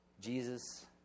Jesus